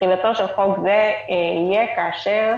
תחילתו של חוק זה יהיה כאשר